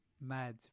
mad